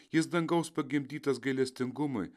jis dangaus pagimdytas gailestingumui